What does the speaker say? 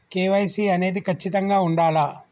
KYC అనేది ఖచ్చితంగా ఉండాలా?